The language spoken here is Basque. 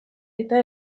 eta